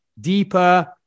deeper